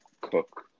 cook